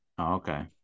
Okay